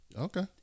okay